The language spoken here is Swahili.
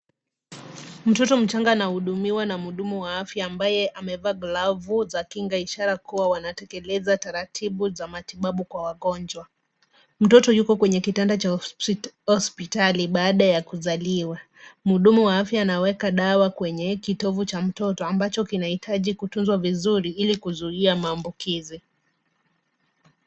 Mtoto mchanga anahudumiwa na mhudumu wa afya ambaye amevaa glavu za kinga ishara kuwa wanatekeleza taratibu za matibabu kwa wagonjwa. Mtoto yuko kwenye kitanda cha hospitali baada ya kuzaliwa. Mhudumu wa afya anaweka dawa kwenye kitovu cha mtoto ambacho kinahitaji kutunzwa vizuri ili kuzuia maambukizi.